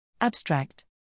Abstract